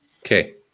okay